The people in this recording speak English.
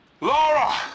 Laura